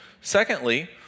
Secondly